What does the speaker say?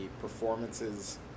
performances